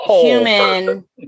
human